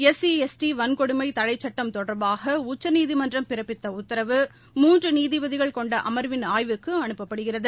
S C S T வள்கொடுமை தடைச்சுட்டம் தொடர்பாக உச்சநீதிமன்றம் பிறப்பித்த உத்தாவு மூன்று நீதிபதிகள் கொண்ட அமர்வின் ஆய்வுக்கு அனுப்பப்படுகிறது